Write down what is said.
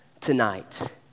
tonight